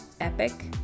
epic